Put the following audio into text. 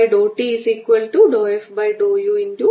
അതിനാൽ ഇത് rho over 2 epsilon 0 ന് തുല്യമാണ്